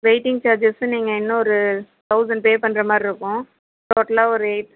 waiting charges நீங்கள் இன்னும் ஒரு தௌசண்ட் பே பண்ணுற மாதிரி இருக்கும் டோட்டலாக ஒரு எயிட்